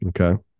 okay